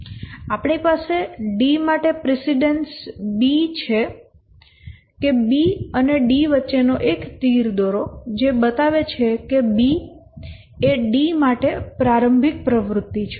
અને આપણી પાસે D માટે પ્રિસીડેન્સ B છે કે B અને D વચ્ચેનો એક તીર દોરો જે બતાવે છે કે B એ D માટે પ્રારંભિક પ્રવૃત્તિ છે